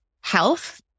health